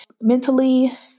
mentally